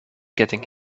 getting